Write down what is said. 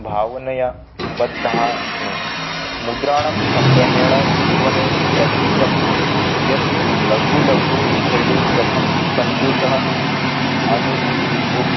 भावनया बद्धा अस्मि मुद्राणां सङ्ग्रहेण जीवने पठितं यत् लघु लघु विषये कथं सन्तोषम् अनुभु